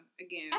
Again